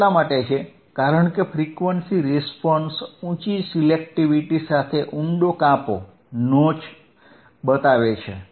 આ એટલા માટે છે કારણ કે ફ્રીક્વન્સી રિસ્પોન્સ ઉંચી સિલેક્ટીવીટી સાથે ઉંડો કાપો દર્શાવે છે